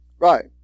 Right